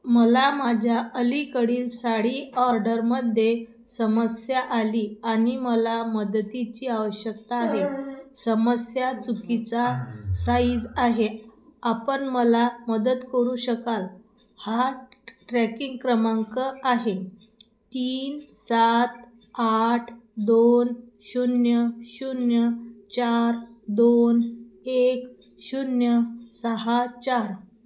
मला माझ्या अलीकडील साडी ऑर्डरमध्ये समस्या आली आणि मला मदतीची आवश्यकता आहे समस्या चुकीचा साइज आहे आपण मला मदत करू शकाल हा ट्रॅकिंग क्रमांक आहे तीन सात आठ दोन शून्य शून्य चार दोन एक शून्य सहा चार